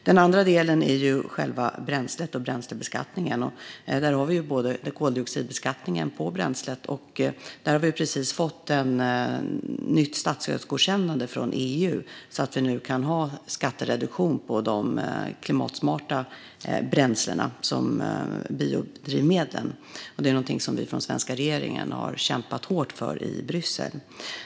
Den andra delen handlar om själva bränslet och bränslebeskattningen. Där har vi koldioxidbeskattning på bränslet, och vi har fått ett nytt statsstödsgodkännande från EU så att vi nu kan ha skattereduktion på klimatsmarta bränslen, som biodrivmedel. Det är någonting som vi från den svenska regeringen har kämpat hårt för i Bryssel.